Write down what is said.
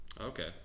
Okay